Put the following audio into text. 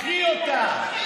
קחי אותה.